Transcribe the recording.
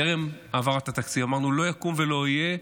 טרם העברת התקציב אמרנו שלא יקום ולא יהיה,